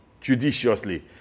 judiciously